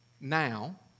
Now